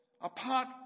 Apart